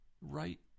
right